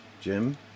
Jim